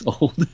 old